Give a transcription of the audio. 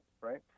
right